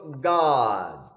God